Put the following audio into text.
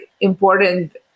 important